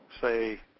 say